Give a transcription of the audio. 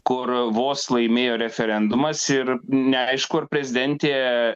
kur vos laimėjo referendumas ir neaišku ar prezidentė